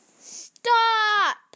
Stop